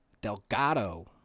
Delgado